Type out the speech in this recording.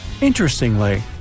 Interestingly